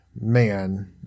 man